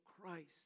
Christ